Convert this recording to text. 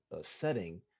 setting